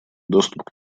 доступ